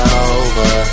over